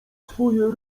swoje